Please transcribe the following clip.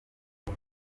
ngo